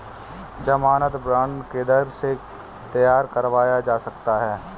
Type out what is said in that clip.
ज़मानत बॉन्ड किधर से तैयार करवाया जा सकता है?